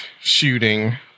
shooting